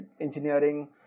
engineering